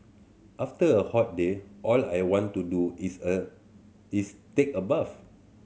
after a hot day all I want to do is a is take a bath